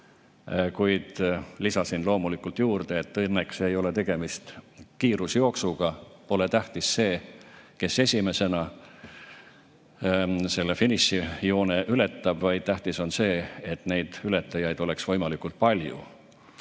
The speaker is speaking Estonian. Kuid lisasin loomulikult juurde, et õnneks ei ole tegemist kiirusjooksuga. Pole tähtis, kes esimesena finišijoone ületab, vaid tähtis on see, et neid ületajaid oleks võimalikult palju.